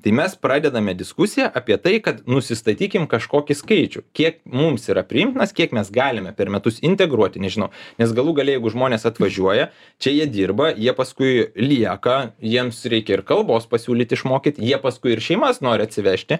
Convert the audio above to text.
tai mes pradedame diskusiją apie tai kad nusistatykim kažkokį skaičių kiek mums yra priimtinas kiek mes galime per metus integruoti nežinau nes galų gale jeigu žmonės atvažiuoja čia jie dirba jie paskui lieka jiems reikia ir kalbos pasiūlyti išmokyt jie paskui ir šeimas nori atsivežti